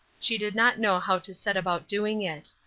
she did not know how to set about doing it.